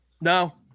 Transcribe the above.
No